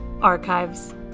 archives